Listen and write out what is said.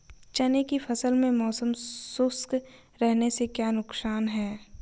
चने की फसल में मौसम शुष्क रहने से क्या नुकसान है?